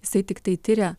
jisai tiktai tiria